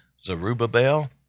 Zerubbabel